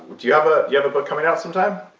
do you have ah you have a book coming out sometime?